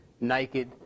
naked